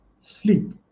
sleep